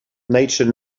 nature